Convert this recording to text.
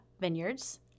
Vineyards